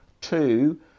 Two